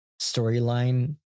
storyline